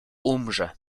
umrze